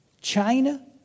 China